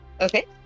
Okay